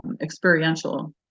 experiential